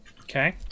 Okay